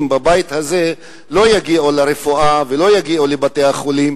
בבית הזה לא יגיעו לרפואה ולא יגיעו לבתי-החולים,